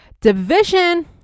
division